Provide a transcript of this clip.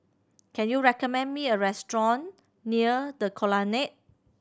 can you recommend me a restaurant near The Colonnade